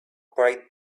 bright